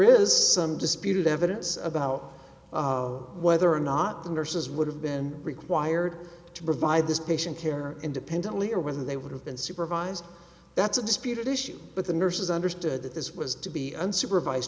is some disputed evidence about whether or not the nurses would have been required to provide this patient care independently or whether they would have been supervised that's a disputed issue but the nurses understood that this was to be unsupervised